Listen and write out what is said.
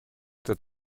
that